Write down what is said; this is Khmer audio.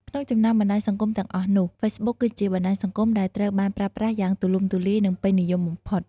ក្នុងចំណោមបណ្ដាញសង្គមទាំងអស់នោះ Facebook គឺជាបណ្ដាញសង្គមដែលត្រូវបានប្រើប្រាស់យ៉ាងទូលំទូលាយ និងពេញនិយមបំផុត។